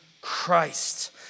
Christ